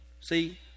See